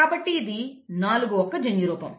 కాబట్టి ఇది 4 యొక్క జన్యురూపం